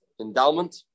Endowment